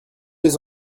les